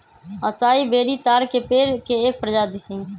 असाई बेरी ताड़ के पेड़ के एक प्रजाति हई